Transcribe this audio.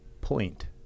point